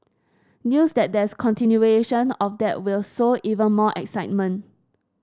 news that there's continuation of that will sow even more excitement